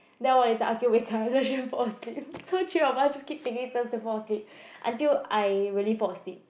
then a while later Akeel wake up then Le Chuan fall asleep so three of us just taking turns fall asleep until I really fall asleep